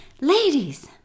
ladies